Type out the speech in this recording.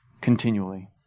continually